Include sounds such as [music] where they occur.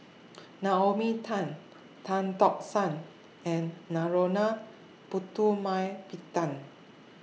[noise] Naomi Tan Tan Tock San and Narana Putumaippittan